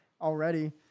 already